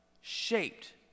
shaped